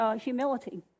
humility